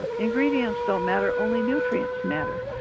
ingredients don't matter, only nutrients matter.